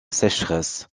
sécheresse